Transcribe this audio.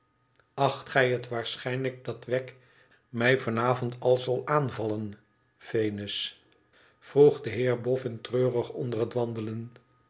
acht gij het waarschijnlijk dat wegg mij van avond al zal aanvallen venus vroeg de heer boffin treurig onder het wandelen